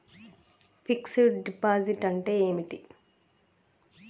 Fix డ్ deposit అంటే ఏమిటి?